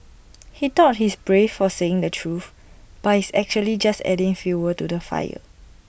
he thought he's brave for saying the truth but he's actually just adding fuel water to fire